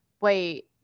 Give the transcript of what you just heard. wait